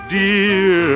dear